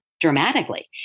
dramatically